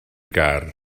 gar